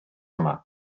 yma